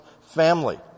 family